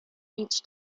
each